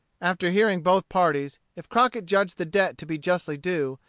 after hearing both parties, if crockett judged the debt to be justly due,